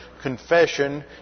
confession